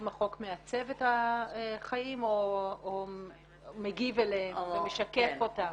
האם החוק מעצב את החיים או מגיב אליהם ומשקף אותם?